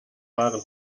waren